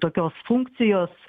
tokios funkcijos